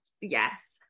yes